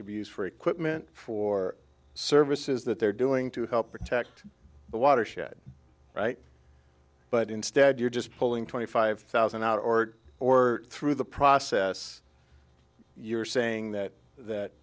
could be used for equipment for services that they're doing to help protect the watershed but instead you're just pulling twenty five thousand out or or through the process you're saying that that